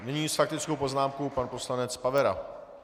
Nyní s faktickou poznámkou pan poslanec Pavera.